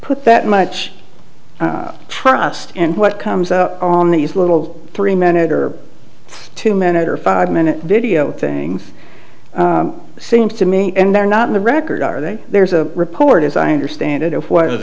put that much trust and what comes out on these little three minute or two minute or five minute video things seems to me and they're not in the record are they there's a report as i understand it of w